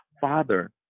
Father